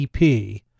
EP